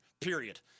period